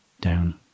down